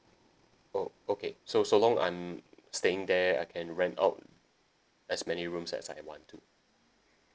oh okay so so long I'm staying there I can rent out as many rooms as I want to